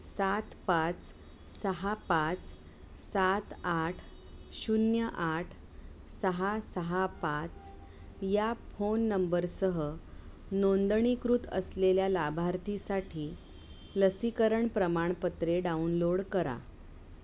सात पाच सहा पाच सात आठ शून्य आठ सहा सहा पाच या फोन नंबरसह नोंदणीकृत असलेल्या लाभार्थीसाठी लसीकरण प्रमाणपत्रे डाउनलोड करा